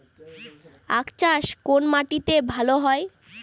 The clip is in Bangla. আখ চাষ কোন মাটিতে ভালো হয়?